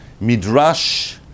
midrash